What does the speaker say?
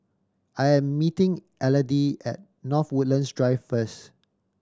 I am meeting Elodie at North Woodlands Drive first